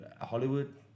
Hollywood